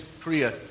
Korea